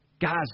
Guys